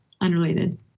unrelated